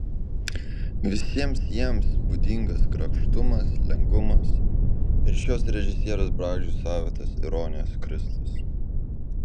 visiems jiems būdingas grakštumas lengvumas ir šios režisierės braižui savitas ironijos krislas